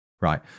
Right